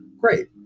Great